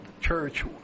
church